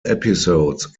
episodes